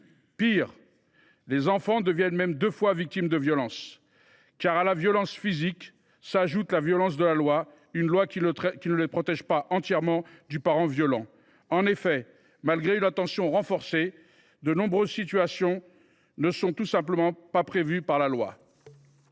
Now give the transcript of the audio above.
Pis, ces enfants sont deux fois victimes, car à la violence physique s’ajoute la violence de la loi, laquelle ne les protège pas entièrement du parent violent. Malgré une attention renforcée, de nombreuses situations ne sont tout simplement pas prévues par les